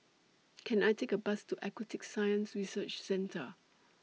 Can I Take A Bus to Aquatic Science Research Centre